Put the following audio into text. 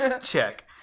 Check